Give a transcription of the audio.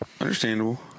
Understandable